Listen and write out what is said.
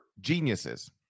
geniuses